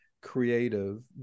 creative